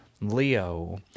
Leo